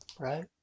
Right